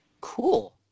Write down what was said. Cool